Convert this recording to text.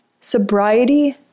Sobriety